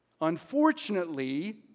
Unfortunately